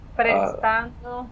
prestando